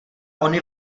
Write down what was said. ony